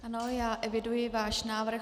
Ano, já eviduji váš návrh.